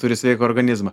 turi sveiką organizmą